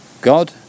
God